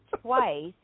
twice